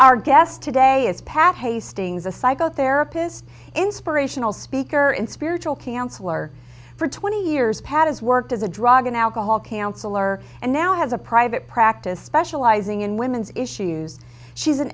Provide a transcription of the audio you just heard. our guest today is pat hastings a psycho therapist inspirational speaker and spiritual counselor for twenty years pat has worked as a drug and alcohol counselor and now has a private practice specializing in women's issues she's an